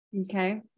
Okay